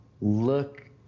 look